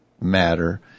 matter